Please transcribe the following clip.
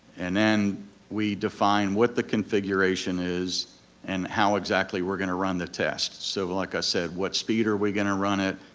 and then we define what the configuration is and how exactly we're gonna run the test, so like i said, what speed are we gonna run it,